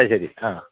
അത് ശരി ആ